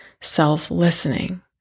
self-listening